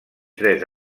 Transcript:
tres